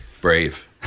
Brave